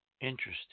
Interesting